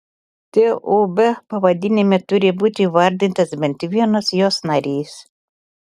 tūb pavadinime turi būti įvardintas bent vienas jos narys